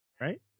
right